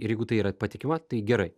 ir jeigu tai yra patikima tai gerai